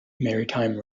maritime